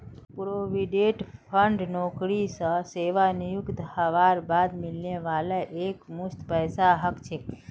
provident fund नौकरी स सेवानृवित हबार बाद मिलने वाला एकमुश्त पैसाक कह छेक